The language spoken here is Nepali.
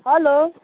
हेलो